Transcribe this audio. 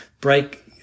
break